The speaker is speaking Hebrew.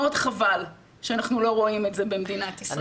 מאוד חבל שאנחנו לא רואים את זה במדינת ישראל.